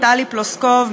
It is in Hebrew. טלי פלוסקוב,